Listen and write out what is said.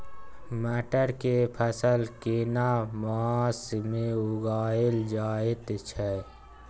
मटर के फसल केना मास में उगायल जायत छै?